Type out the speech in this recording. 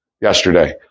yesterday